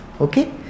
Okay